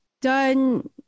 done